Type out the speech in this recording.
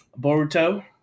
boruto